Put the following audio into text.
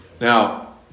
Now